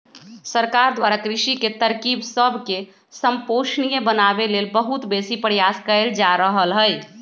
सरकार द्वारा कृषि के तरकिब सबके संपोषणीय बनाबे लेल बहुत बेशी प्रयास कएल जा रहल हइ